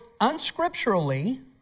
unscripturally